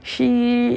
she